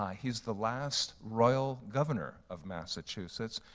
um he's the last royal governor of massachusetts.